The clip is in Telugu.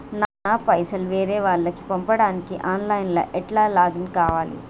నా పైసల్ వేరే వాళ్లకి పంపడానికి ఆన్ లైన్ లా ఎట్ల లాగిన్ కావాలి?